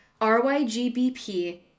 RYGBP